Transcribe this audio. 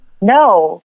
no